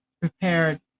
prepared